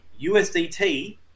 USDT